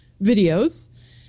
videos